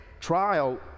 trial